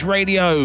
Radio